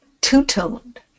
two-toned